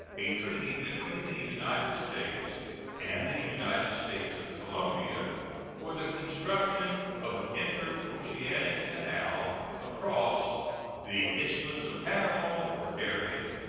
a treaty between the united states and the united states of colombia for the construction of an interoceanic canal across the isthmus of panama or darien,